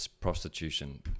prostitution